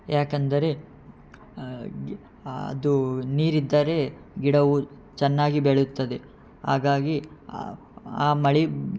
ಯಾಕೆಂದರೆ ಗಿ ಅದು ನೀರಿದ್ದರೆ ಗಿಡವು ಚೆನ್ನಾಗಿ ಬೆಳೆಯುತ್ತದೆ ಹಾಗಾಗಿ ಆ ಮಳೆ